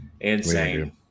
Insane